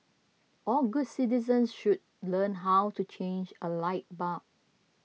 all good citizens should learn how to change a light bulb